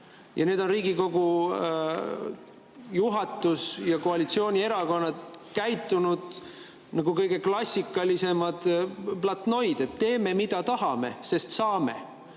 Nüüd on Riigikogu juhatus ja koalitsioonierakonnad käitunud nagu klassikalised platnoid, et teeme, mida tahame, sest me saame.